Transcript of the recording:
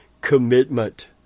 commitment